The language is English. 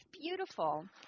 beautiful